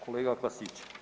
Kolega Klasić.